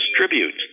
distribute